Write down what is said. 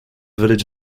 village